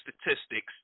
statistics